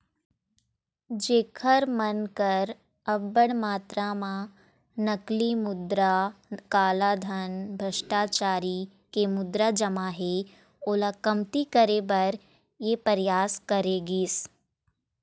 जेखर मन कर अब्बड़ मातरा म नकली मुद्रा, कालाधन, भस्टाचारी के मुद्रा जमा हे ओला कमती करे बर ये परयास करे गिस